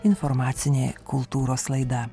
informacinė kultūros laida